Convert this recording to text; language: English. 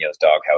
doghouse